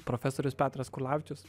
profesorius petras kurlavičius